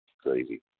crazy